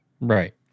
right